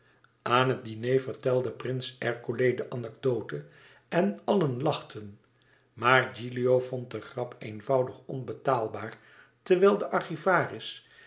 aan het diner vertelde prins ercole de anecdote en allen lachten maar gilio vond de grap eenvoudig onbetaalbaar terwijl de archivaris